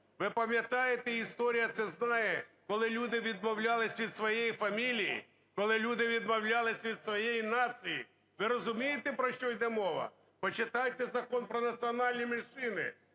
Ви пам'ятаєте, історія це знає, коли люди відмовлялися від своєї фамилии, коли люди відмовлялись від своєї нації. Ви розумієте, про що йде мова? Почитайте Закон про національні меншини,